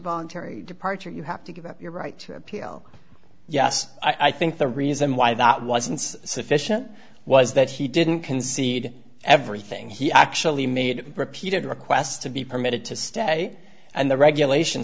voluntary departure you have to give up your right to appeal yes i think the reason why that wasn't sufficient was that he didn't concede everything he actually made repeated requests to be permitted to stay and the regulation